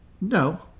no